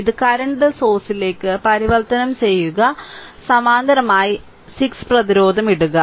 ഇത് കറന്റ് സോഴ്സിലേക്ക് പരിവർത്തനം ചെയ്യുക സമാന്തരമായി 6 പ്രതിരോധം ഇടുക